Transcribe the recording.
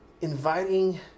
inviting